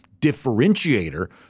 differentiator